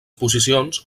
posicions